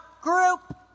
group